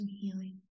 healing